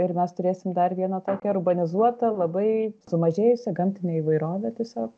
ir mes turėsim dar vieną tokią urbanizuotą labai sumažėjusią gamtinę įvairovę tiesiog